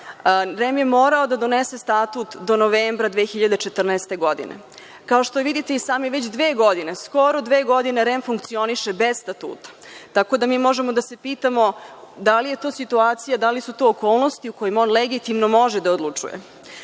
REM je morao da donese statut do novembra 2014. godine. Kao što vidite i sami, već dve godine, skoro dve godine, REM funkcioniše bez statuta, tako da možemo da se pitamo da li je to situacija, da li su to okolnosti u kojima on legitimno može da odlučuje. Ono